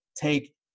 take